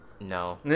No